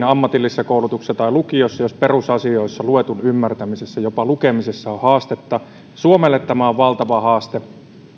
ammatillisessa koulutuksessa tai lukiossa päästäisiin hyvin eteenpäin jos perusasioissa luetun ymmärtämisessä ja jopa lukemisessa on haastetta suomelle tämä on valtava haaste